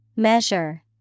Measure